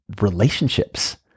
relationships